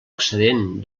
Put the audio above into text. excedent